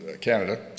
Canada